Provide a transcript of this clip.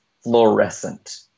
fluorescent